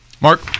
Mark